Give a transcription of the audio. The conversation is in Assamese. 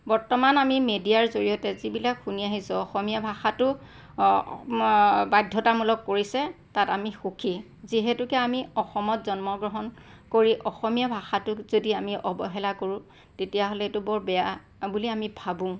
বৰ্তমান আমি মিডিয়াৰ জৰিয়তে যিবিলাক শুনি আহিছোঁ অসমীয়া ভাষাটো বাধ্যতামূলক কৰিছে তাত আমি সুখী যিহেতুকে আমি অসমত জন্মগ্ৰহণ কৰি অসমীয়া ভাষাটোক যদি অৱহেলা কৰোঁ তেতিয়াহ'লে এইটো বৰ বেয়া বুলি আমি ভাবোঁ